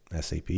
SAP